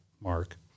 Mark